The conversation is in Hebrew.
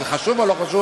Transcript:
זה חשוב או לא חשוב?